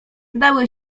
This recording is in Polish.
dały